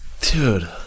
Dude